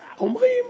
אומרים: